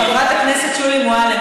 חברת הכנסת שולי מועלם,